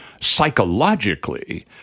psychologically